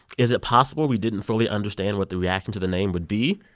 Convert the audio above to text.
is it possible we didn't fully understand what the reaction to the name would be?